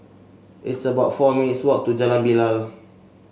it's about four minutes' walk to Jalan Bilal